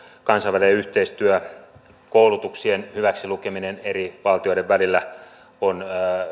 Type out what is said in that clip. kansainvälinen yhteistyö koulutuksien hyväksi lukeminen eri valtioiden välillä on